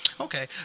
Okay